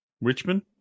Richmond